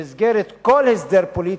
במסגרת כל הסדר פוליטי,